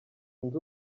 nzu